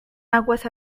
aguas